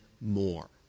more